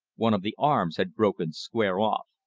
one of the arms had broken square off.